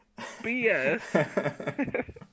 BS